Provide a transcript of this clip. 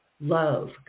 Love